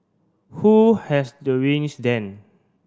who has the reins then